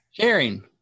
sharing